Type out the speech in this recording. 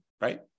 Right